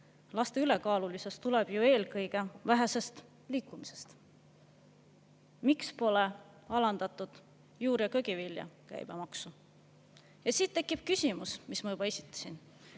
Laste ülekaalulisus tuleb ju eelkõige vähesest liikumisest. Miks pole alandatud juur‑ ja köögivilja käibemaksu? Ja siit tekib küsimus, mis ma juba esitasin: